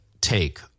take